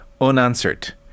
unanswered